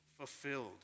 fulfilled